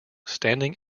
standing